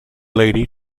lady